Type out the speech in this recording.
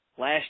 last